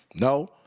no